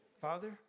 Father